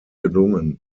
gelungen